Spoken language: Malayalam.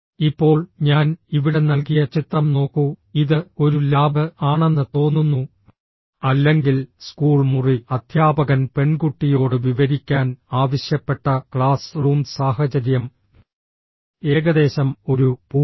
ഇപ്പോൾ ഞാൻ ഇവിടെ നൽകിയ ചിത്രം നോക്കൂ ഇത് ഒരു ലാബ് ആണെന്ന് തോന്നുന്നു അല്ലെങ്കിൽ സ്കൂൾ മുറി അധ്യാപകൻ പെൺകുട്ടിയോട് വിവരിക്കാൻ ആവശ്യപ്പെട്ട ക്ലാസ് റൂം സാഹചര്യം ഏകദേശം ഒരു പൂവ്